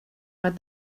but